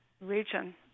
region